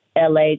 LA